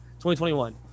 2021